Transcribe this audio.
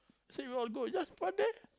see we all go just fun there